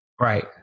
Right